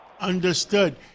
Understood